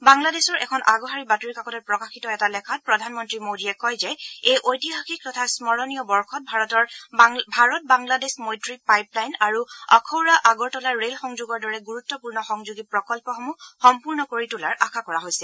বাংলাদেশৰ এখন আগশাৰীৰ বাতৰি কাকতত প্ৰকাশিত এটা লেখাত প্ৰধানমন্ত্ৰী মোডীয়ে কয় যে এই ঐতিহাসিক তথা স্মৰণীয় বৰ্ষত ভাৰত বাংলাদেশ মৈত্ৰী পাইপলাইন আৰু আখৌৰা আগৰতলা ৰেল সংযোগৰ দৰে গুৰুত্বপূৰ্ণ সংযোগী প্ৰকল্পসমূহ সম্পূৰ্ণ কৰি তোলাৰ আশা কৰা হৈছে